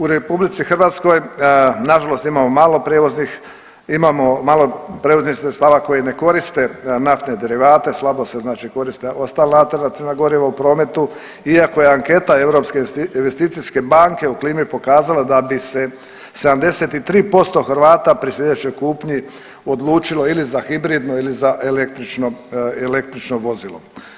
U RH nažalost imamo malo prijevoznih, imamo malo prijevoznih sredstava koji ne koriste naftne derivate, slabo se, znači koriste ostala alternativna goriva u prometu iako je anketa Europske investicijske banke o klimi pokazala da bi se 73% Hrvata pri sljedećoj kupnji odlučilo ili za hibridno ili za električno vozilo.